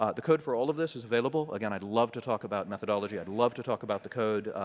ah the code for all of this is available. again i'd love to talk about methodology. i'd love to talk about the code.